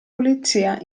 polizia